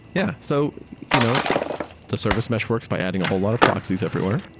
yeah. so you know the service mesh works by adding a whole lot of proxies everywhere,